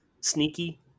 sneaky